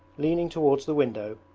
leaning towards the window,